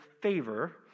favor